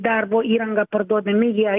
darbo įrangą parduodami jie